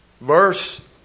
Verse